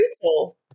brutal